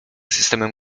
systemem